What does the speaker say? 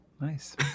nice